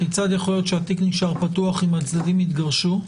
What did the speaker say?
כיצד יכול להיות שהתיק נשאר פתוח אם הצדדים התגרשו?